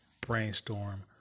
Brainstorm